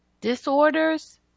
disorders